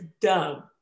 dumb